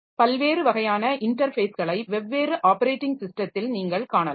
பல்வேறு வகையான இன்டர்ஃபேஸ்களை வெவ்வேறு ஆப்பரேட்டிங் ஸிஸ்டத்தில் நீங்கள் காணலாம்